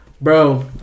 Bro